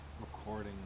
recording